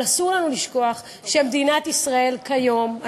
אבל אסור לנו לשכוח שמדינת ישראל כיום,